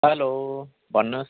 hello भन्नुहोस्